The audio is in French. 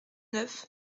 neuf